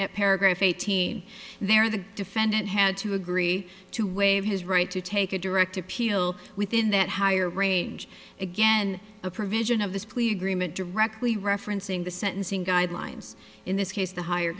at paragraph eighteen there the defendant had to agree to waive his right to take a direct appeal within that higher range again a provision of this plea agreement directly referencing the sentencing guidelines in this case the higher